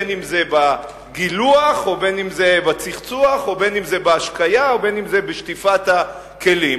אם בגילוח ואם בצחצוח ואם בהשקיה ואם בשטיפת הכלים.